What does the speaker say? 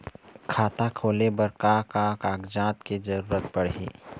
खाता खोले बर का का कागजात के जरूरत पड़ही?